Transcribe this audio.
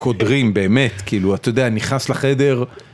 קודרים באמת, כאילו, אתה יודע, נכנס לחדר...